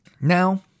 Now